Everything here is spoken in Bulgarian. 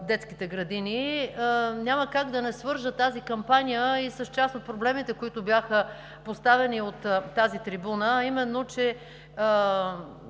детските градини. Няма как да не свържа тази кампания и с част от проблемите, които бяха поставени от тази трибуна, а именно, че